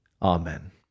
Amen